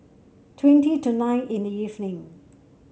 twenty to nine in the evening